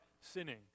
sinning